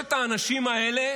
שלושת האנשים האלה